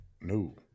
No